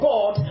God